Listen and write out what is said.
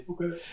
Okay